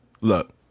look